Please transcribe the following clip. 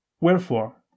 Wherefore